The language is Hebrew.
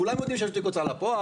כולם יודעים שיש תיק הוצאה לפועל,